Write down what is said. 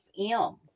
FM